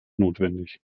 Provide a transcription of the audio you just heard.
notwendig